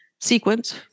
sequence